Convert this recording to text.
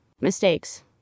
Mistakes